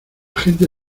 gente